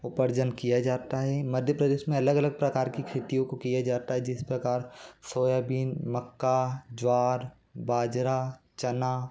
उपार्जन किया जाता है मध्य प्रदेश में अलग अलग प्रकार की खेतियों को किया जाता है जिस प्रकार सोयाबीन मक्का ज्वार बाजरा चना